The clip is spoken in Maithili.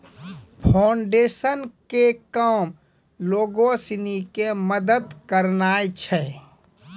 फोउंडेशन के काम लोगो सिनी के मदत करनाय छै